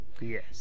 Yes